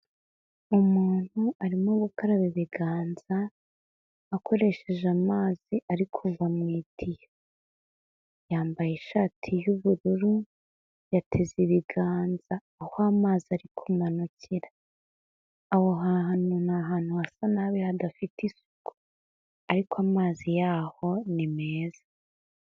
Umuntu arimo gukaraba ibiganza akoresheje amazi arikuva mu itiyo. Yambaye ishati y'ubururu yateze ibiganza aho amazi ari kumanukira. Aho hantu ni ahantu hasa nabi, hadafite isuku ariko amazi yaho ni meza.